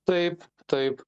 taip taip